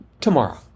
tomorrow